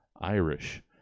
Irish